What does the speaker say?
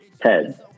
Ted